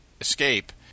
escape